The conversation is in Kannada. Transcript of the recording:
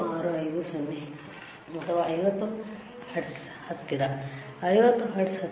86 50 ಹರ್ಟ್ಜ್ ಹತ್ತಿರ 50 ಹರ್ಟ್ಜ್ ಹತ್ತಿರ